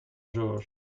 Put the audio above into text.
georges